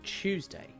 Tuesday